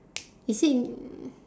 is it